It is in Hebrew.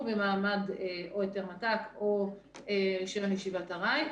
במעמד או של היתר מת"ק או של ישיבת ארעי.